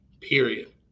period